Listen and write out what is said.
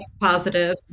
positive